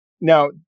Now